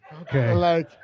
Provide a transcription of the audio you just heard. Okay